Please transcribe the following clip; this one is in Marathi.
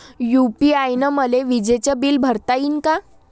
यू.पी.आय न मले विजेचं बिल भरता यीन का?